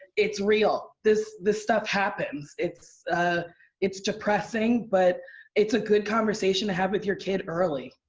it's real. this this stuff happens. it's it's depressing, but it's a good conversation to have with your kid early.